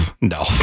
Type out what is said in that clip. no